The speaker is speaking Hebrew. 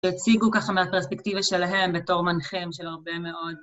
ויציגו ככה מהפרספקטיבה שלהם בתור מנחם של הרבה מאוד...